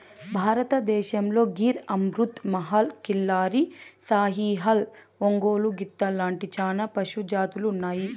భారతదేశంలో గిర్, అమృత్ మహల్, కిల్లారి, సాహివాల్, ఒంగోలు గిత్త లాంటి చానా పశు జాతులు ఉన్నాయి